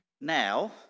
Now